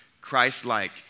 Christ-like